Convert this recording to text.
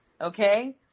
Okay